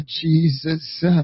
Jesus